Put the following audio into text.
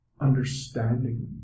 understanding